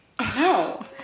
No